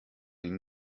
ihnen